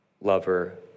lover